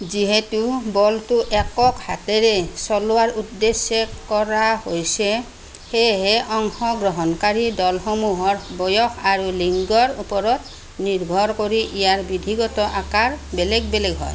যিহেতু বলটো একক হাতেৰে চলোৱাৰ উদ্দেশ্যে কৰা হৈছে সেয়েহে অংশগ্ৰহণকাৰী দলসমূহৰ বয়স আৰু লিংগৰ ওপৰত নিৰ্ভৰ কৰি ইয়াৰ বিধিগত আকাৰ বেলেগ বেলেগ হয়